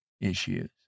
issues